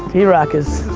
drock is.